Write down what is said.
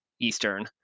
Eastern